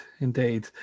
indeed